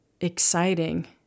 exciting